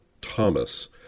Thomas